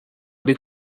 ari